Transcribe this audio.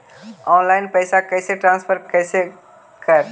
Online पैसा कैसे transfer कैसे कर?